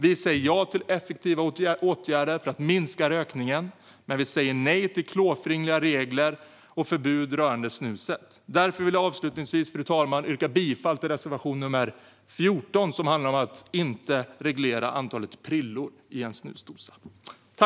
Vi säger ja till effektiva åtgärder för att minska rökningen, men vi säger nej till klåfingriga regler och förbud rörande snuset. Därför vill jag avslutningsvis, fru talman, yrka bifall till reservation nr 14, som handlar om att inte reglera antalet prillor i en snusdosa.